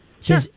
Sure